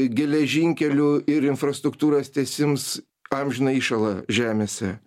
geležinkelių ir infrastruktūros tiesims amžiną įšalą žemėse